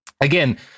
again